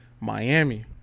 Miami